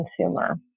consumer